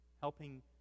helping